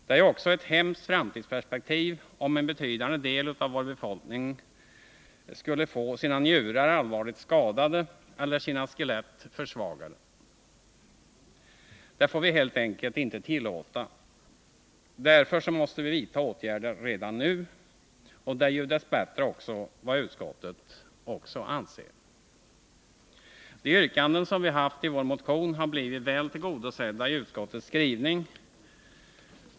Det är ju ett hemskt framtidsperspektiv om en betydande del av vår befolkning skulle få sina njurar allvarligt skadade eller sina skelett försvagade. Det får vi helt enkelt inte tillåta. Därför måste vi vidta åtgärder redan nu. Det är dess bättre vad också utskottet anser. De yrkanden som vi har ställt i vår motion har blivit väl tillgodosedda i utskottets skrivning.